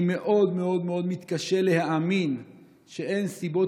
אני מאוד מאוד מאוד מתקשה להאמין שאין סיבות